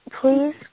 Please